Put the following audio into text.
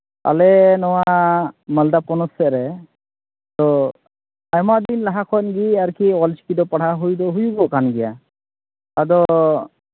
ᱟᱞᱮ ᱱᱚᱣᱟ ᱢᱟᱞᱫᱟ ᱯᱚᱱᱚᱛ ᱥᱮᱫ ᱨᱮ ᱟᱭᱢᱟ ᱫᱤᱱ ᱞᱟᱦᱟ ᱠᱷᱚᱱ ᱜᱮ ᱟᱨᱠᱤ ᱟᱞ ᱪᱤᱠᱤ ᱫᱚ ᱯᱟᱲᱦᱟᱣ ᱫᱚ ᱦᱩᱭ ᱫᱚ ᱦᱩᱭᱩᱜᱚᱜ ᱠᱟᱱ ᱜᱮᱭᱟ ᱟᱫᱚ